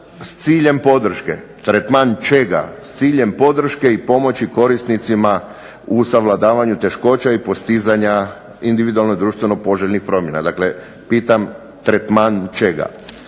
s ciljem podrške, tretman čega? S ciljem podrške i pomoći korisnicima u savladavanju teškoća i postizanja individualno društveno poželjnih promjena, dakle pitam tretman čega?